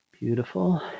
Beautiful